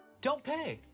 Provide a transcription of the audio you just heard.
don't pay,